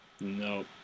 No